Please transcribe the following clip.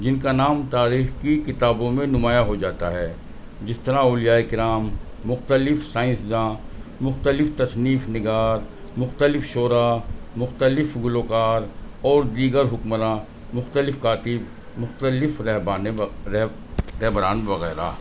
جن کا نام تاریخ کی کتابوں میں نمایاں ہو جاتا ہے جس طرح اولیائے کرام مختلف سائنسداں مختلف تصنیف نگار مختلف شعرا مختلف گلوکار اور دیگر حکمراں مختلف کاتب مختلف رہبان وقت رہبران وغیرہ